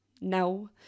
No